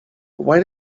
why